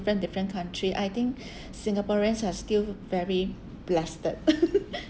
different country I think singaporeans are still very blessed